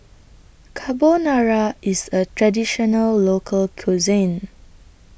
Carbonara IS A Traditional Local Cuisine